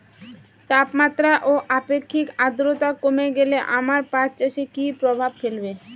তাপমাত্রা ও আপেক্ষিক আদ্রর্তা কমে গেলে আমার পাট চাষে কী প্রভাব ফেলবে?